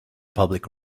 public